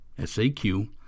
SAQ